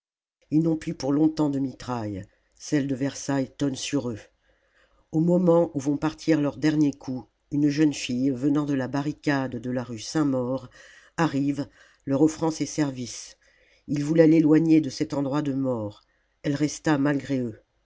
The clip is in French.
ils n'ont plus pour longtemps de mitraille celle de versailles tonne sur eux au moment où vont partir leurs derniers coups une jeune fille venant de la barricade de la rue saint-maur arrive leur offrant la commune ses services ils voulaient l'éloigner de cet endroit de mort elle resta malgré eux